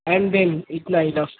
N دن اتنا ہی تھا